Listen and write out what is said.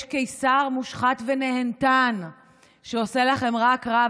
יש קיסר מושחת ונהנתן שעושה לכם רק רע,